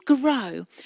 grow